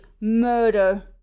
Murder